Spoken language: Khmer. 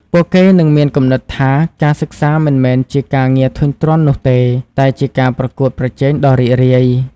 ពួកគេនឹងមានគំនិតថា ការសិក្សាមិនមែនជាការងារធុញទ្រាន់នោះទេ តែជាការប្រកួតប្រជែងដ៏រីករាយ។